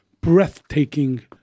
breathtaking